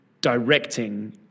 directing